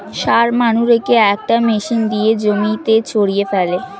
সার মানুরেকে একটা মেশিন দিয়ে জমিতে ছড়িয়ে ফেলে